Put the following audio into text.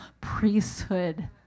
priesthood